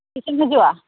ᱛᱤᱥᱮᱢ ᱦᱤᱡᱩᱜᱼᱟ